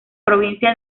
provincia